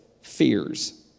fears